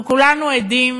אנחנו כולנו עדים